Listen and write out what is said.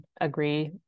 agree